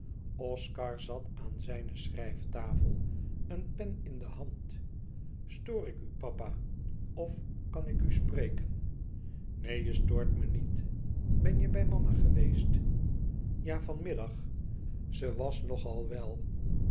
oscar zat aan zijne schrijftafel een pen in de hand stoor ik u papa of kan ik u spreken neen je stoort me niet ben je bij mama geweest ja van middag ze was nog al wel